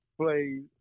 play